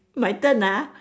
my turn ah